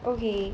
okay